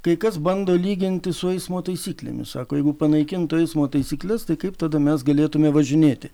kai kas bando lyginti su eismo taisyklėmis sako jeigu panaikintų eismo taisykles tai kaip tada mes galėtumėme važinėti